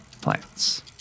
plants